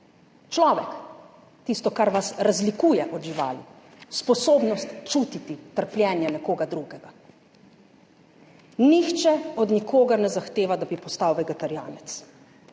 človek, tisto, kar vas razlikuje od živali, sposobnost čutiti trpljenje nekoga drugega. Nihče od nikogar ne zahteva, da bi postal vegetarijanec,